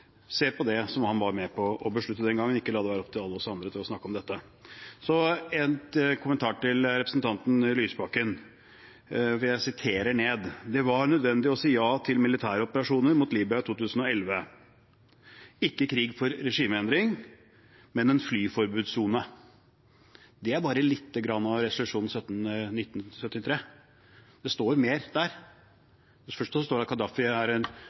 ser på det han var med på å beslutte den gangen, og ikke la det være opp til alle oss andre å snakke om dette. Så en kommentar til representanten Lysbakken, for jeg noterte det han sa, om at det var nødvendig å si ja til militære operasjoner mot Libya i 2011, ikke krig for regimeendring, men en flyforbudssone. Det er bare lite grann av resolusjon 1973, det står mer der. Først står det